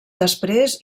després